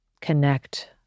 connect